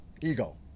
Ego